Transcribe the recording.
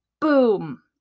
boom